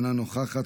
אינה נוכחת,